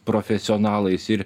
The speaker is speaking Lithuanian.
profesionalais ir